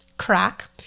Crack